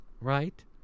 Right